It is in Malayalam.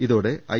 ഇതോടെ ഐ